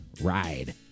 ride